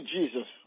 Jesus